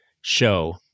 show